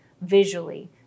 visually